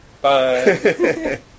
Bye